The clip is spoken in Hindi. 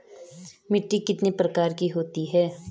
मिट्टी कितने प्रकार की होती है?